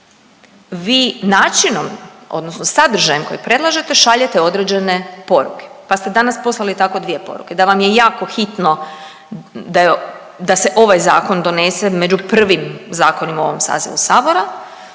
vi načinom odnosno sadržajem koji predlažete šaljete određene poruke, pa ste danas poslali tako dvije poruke, da vam je jako hitno da se ovaj zakon donese među prvim zakonima u ovom sazivu sabora